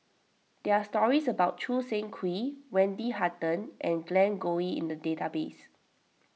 there are stories about Choo Seng Quee Wendy Hutton and Glen Goei in the database